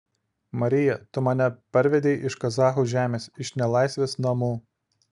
marija tu mane parvedei iš kazachų žemės iš nelaisvės namų